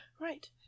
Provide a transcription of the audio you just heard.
Right